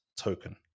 token